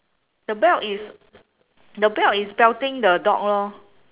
the belt is the belt is belting the dog lor